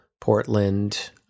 Portland